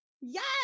Yes